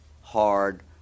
hard